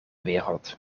wereld